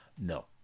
no